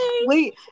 wait